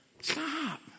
Stop